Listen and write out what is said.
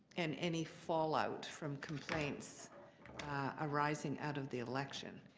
and any fullout from complaints arising out of the election.